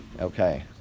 Okay